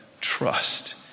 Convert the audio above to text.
trust